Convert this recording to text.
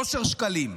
אושר שקלים,